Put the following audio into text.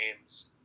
games